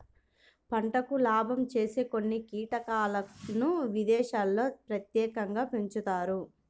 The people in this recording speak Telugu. పంటకు లాభం చేసే కొన్ని కీటకాలను విదేశాల్లో ప్రత్యేకంగా పెంచుతారు